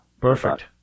Perfect